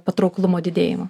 patrauklumo didėjimą